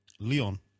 Leon